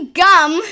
gum